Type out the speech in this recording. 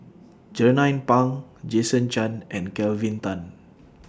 Jernnine Pang Jason Chan and Kelvin Tan